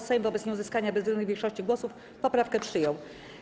Sejm wobec nieuzyskania bezwzględnej większości głosów poprawkę przyjął.